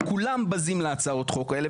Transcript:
כולם בזים להצעות חוק האלה.